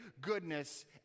goodness